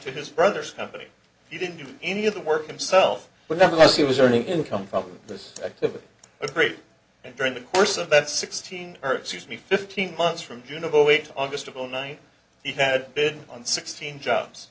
to his brother's company he didn't do any of the work himself but nonetheless he was earning income from this activity a great and during the course of that sixteen or excuse me fifteen months from june of zero eight august of zero nine he had been on sixteen jobs